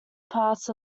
parts